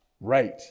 right